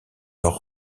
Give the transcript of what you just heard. leur